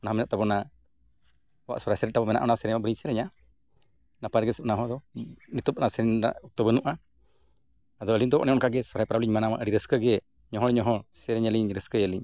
ᱚᱱᱟ ᱢᱮᱱᱟᱜ ᱛᱟᱵᱚᱱᱟ ᱟᱵᱚᱣᱟᱜ ᱥᱚᱨᱦᱟᱭ ᱥᱮᱨᱮᱧ ᱛᱟᱵᱚ ᱢᱮᱱᱟᱜᱼᱟ ᱚᱱᱟ ᱥᱮᱨᱮᱧᱢᱟ ᱵᱟᱹᱞᱤᱧ ᱥᱮᱨᱮᱧᱟ ᱱᱟᱯᱟᱭ ᱛᱮᱜᱮ ᱥᱟᱱᱟᱢ ᱦᱚᱲᱫᱚ ᱱᱤᱛᱚᱜ ᱚᱱᱟ ᱥᱮᱨᱮᱧ ᱨᱮᱱᱟᱜ ᱚᱠᱛᱚ ᱵᱟᱹᱱᱩᱜᱼᱟ ᱟᱫᱚ ᱟᱹᱞᱤᱧ ᱫᱚ ᱚᱱᱮ ᱚᱱᱠᱟᱜᱮ ᱥᱚᱦᱨᱟᱭ ᱯᱚᱨᱚᱵᱽᱞᱤᱧ ᱢᱟᱱᱟᱣᱟ ᱟᱹᱰᱤ ᱨᱟᱹᱥᱠᱟᱹ ᱜᱮ ᱧᱚᱦᱚᱲᱼᱧᱚᱦᱚᱲ ᱥᱮᱨᱮᱧ ᱟᱹᱞᱤᱧ ᱨᱟᱹᱥᱠᱟᱹᱭᱟᱞᱤᱧ